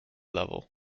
level